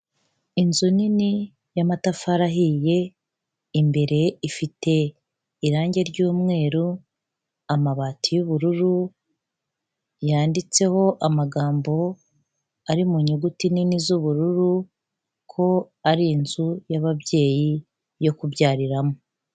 Inzu nini y'amatafari ahiye imbere ifite irangi ry'umweru amabati y'ubururu yanditseho amagambo ari mu nyuguti nini z'ubururu ko ari inzu y'ababyeyi yo kubyariramo.